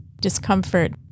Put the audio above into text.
discomfort